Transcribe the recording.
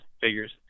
figures